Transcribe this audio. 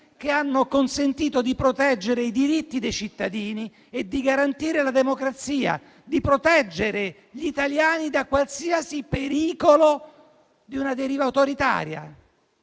che hanno consentito di proteggere i diritti dei cittadini e di garantire la democrazia, nonché di proteggere gli italiani da qualsiasi pericolo di una deriva autoritaria.